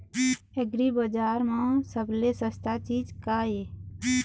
एग्रीबजार म सबले सस्ता चीज का ये?